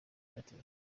airtel